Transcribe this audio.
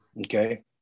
okay